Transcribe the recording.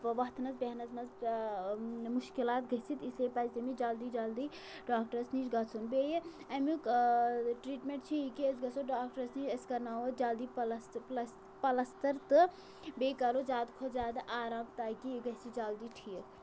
وۄتھنَس بیٚہنَس منٛز مُشکِلات گٔژھِتھ اسلیے پَزِ تٔمِس جلدی جلدی ڈاکٹرٛس نِش گژھُن بیٚیہِ اَمیُک ٹرٛیٖٹمٮ۪نٛٹ چھِ یہِ کہِ أسۍ گژھو ڈاکٹرٛس نِش أسۍ کَرناوو جلدی پَلست پٕلَس پَلَستَر تہٕ بیٚیہِ کَرو زیادٕ کھۄتہٕ زیادٕ آرام تاکہِ یہِ گژھِ جلدی ٹھیٖک